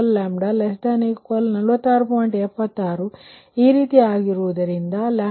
76 ಈ ರೀತಿ ಆಗುವುದರಿಂದ 0